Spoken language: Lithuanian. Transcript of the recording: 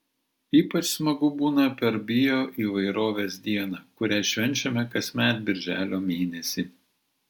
ypač smagu būna per bioįvairovės dieną kurią švenčiame kasmet birželio mėnesį